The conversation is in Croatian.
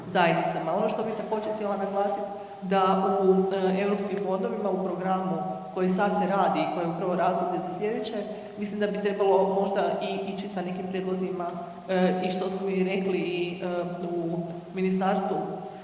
zajednicama. Ono što bi također htjela naglasit da u europskim fondovima u programu koji sad se radi, koji je upravo razdoblje za slijedeće, mislim da bi trebalo možda i ići sa nekim prijedlozima i što smo i rekli i u Ministarstvu